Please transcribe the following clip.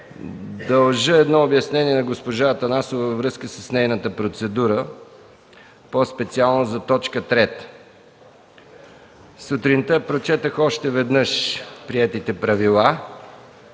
дължа обяснение на госпожа Атанасова във връзка с нейната процедура, по-специално за т. 3. Сутринта прочетох още веднъж приетите правила.